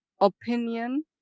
opinion